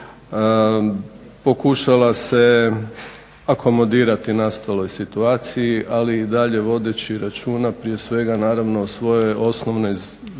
pokušala se akomodirati nastaloj situaciji ali i dalje vodeći računa prije svega naravno o svojoj osnovnoj